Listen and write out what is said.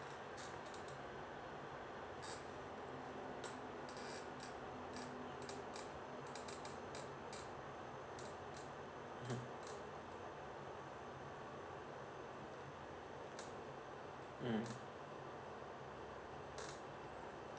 mmhmm mm